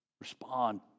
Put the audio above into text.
respond